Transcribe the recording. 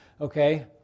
Okay